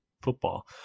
football